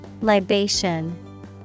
Libation